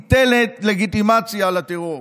ניתנת לגיטימציה לטרור.